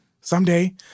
Someday